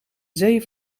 zee